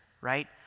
right